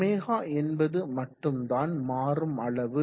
ω என்பது மட்டும்தான் மாறும் அளவு